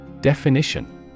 Definition